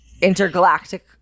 intergalactic